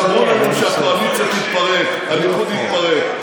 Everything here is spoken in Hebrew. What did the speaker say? אמרו לנו שהאופוזיציה תתפרק, שהליכוד יתפרק.